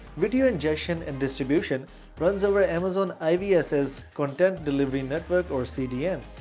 video ingestion and distribution runs over amazon ivs's content delivery network or cdn.